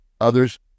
others